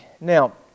Now